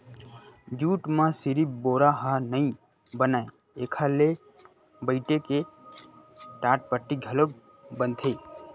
jute म सिरिफ बोरा ह नइ बनय एखर ले बइटे के टाटपट्टी घलोक बनथे